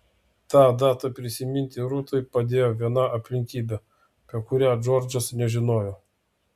tą datą prisiminti rūtai padėjo viena aplinkybė apie kurią džordžas nežinojo